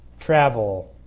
travel,